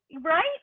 Right